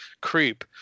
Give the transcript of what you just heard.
creep